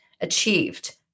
achieved